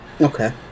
Okay